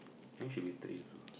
think should be three also